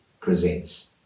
presents